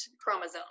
chromosome